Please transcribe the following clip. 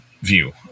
view